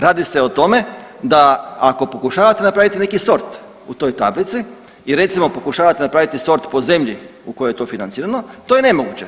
Radi se o tome da ako pokušavate neki sort u toj tablici i recimo pokušavate napraviti sort po zemlji u kojoj je to financirano to je nemoguće.